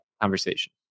conversation